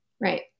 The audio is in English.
Right